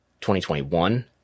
2021